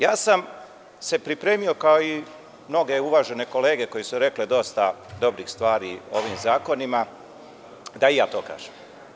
Ja sam se pripremio, kao i mnoge uvažene kolege koje su rekle dosta dobrih stvari o ovim zakonima, da to kažem.